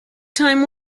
time